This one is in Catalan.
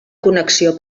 connexió